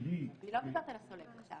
שהיא --- אני לא מדברת על הסולק עכשיו.